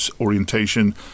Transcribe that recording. orientation